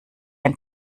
ein